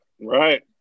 right